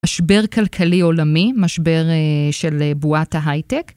משבר כלכלי עולמי, משבר של בועת ההייטק.